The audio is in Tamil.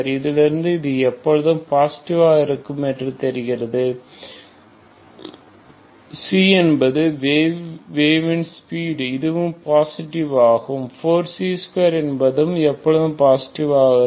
இதிலிருந்து இது எப்பொழுதும் பாசிட்டிவாக இருக்கும் என்பது தெரிகிறது c என்பது வேவ் இன் ஸ்பீடு இதுவும் பாசிட்டிவ் ஆகும் மற்றும் 4c2என்பதும் எப்பொழுதும் பாசிட்டிவாக இருக்கும்